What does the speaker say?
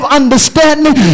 understanding